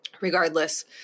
regardless